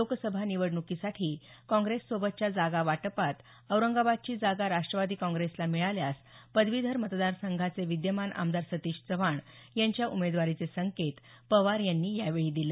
लोकसभा निवडण्कीसाठी काँग्रेससोबतच्या जागा वाटपात औरंगाबादची जागा राष्ट्रवादी काँग्रेसला मिळाल्यास पदवीधर मतदार संघाचे विद्यमान आमदार सतीश चव्हाण यांच्या उमेदवारीचे संकेत पवार यांनी यावेळी दिले